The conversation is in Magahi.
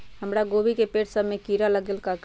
हमरा गोभी के पेड़ सब में किरा लग गेल का करी?